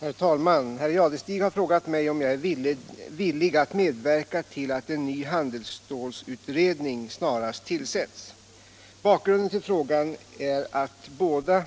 Herr talman! Herr Jadestig har frågat mig om jag är villig att medverka till att en ny handelsstålsutredning snarast tillsätts. Bakgrunden till frågan är att båda